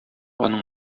аның